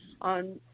on